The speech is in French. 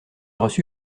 reçu